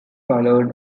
followed